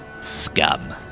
Scum